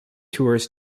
tours